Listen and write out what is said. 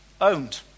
owned